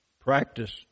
practice